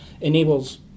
enables